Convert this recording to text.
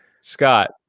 Scott